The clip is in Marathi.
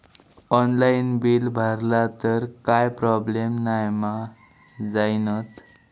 ऑनलाइन बिल भरला तर काय प्रोब्लेम नाय मा जाईनत?